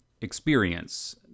experience